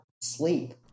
sleep